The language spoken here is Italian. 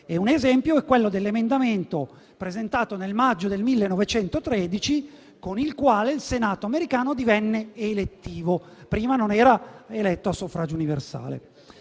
Un esempio è quello dell'emendamento presentato nel maggio del 1913, con il quale il Senato americano divenne elettivo (prima non era eletto a suffragio universale).